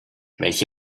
welche